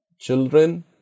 children